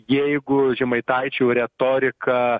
jeigu žemaitaičio retorika